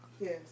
Yes